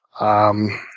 i'm